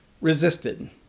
resisted